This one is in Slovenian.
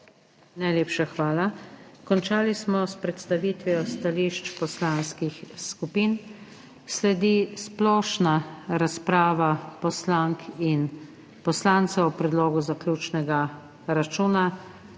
Najlepša hvala. Končali smo s predstavitvijo stališč poslanskih skupin. Sledi splošna razprava poslank in poslancev o predlogu zaključnega računa.